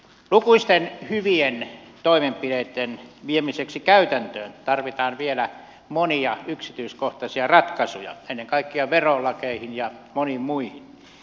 lukuisten hyvien toimenpiteitten viemiseksi käytäntöön tarvitaan vielä monia yksityiskohtaisia ratkaisuja ennen kaikkea verolakeihin ja moniin muihin